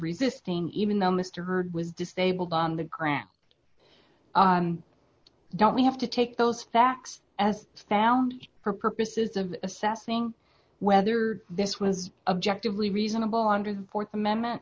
resisting even though mr hurd was disabled on the ground don't we have to take those facts as found for purposes of assessing whether this was objective lee reasonable under the th amendment